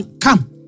Come